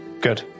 Good